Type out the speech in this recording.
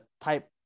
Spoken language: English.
type